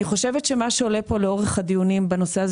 אני חושבת שמה שעולה פה לאורך הדיונים בנושא הזה